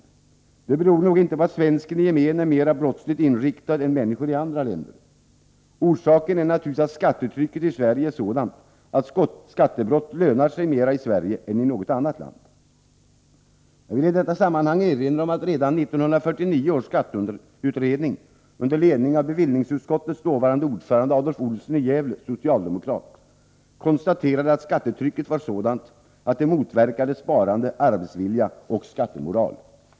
Detta beror nog inte på att svensken i gemen är mer brottsligt inriktad än människor i andra länder. Orsaken är naturligtvis att skattetrycket i Sverige är sådant att skattebrott lönar sig mer i Sverige än i något annat land. Jag vill i detta sammanhang erinra om att redan 1949 års skatteutredning, under ledning av bevillningsutskottets dåvarande ordförande Adolv Olsson i Gävle, socialdemokrat, konstaterade att skattetrycket var sådant att det motverkade sparande, arbetsvilja och skattemoral.